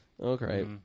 okay